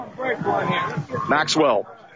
Maxwell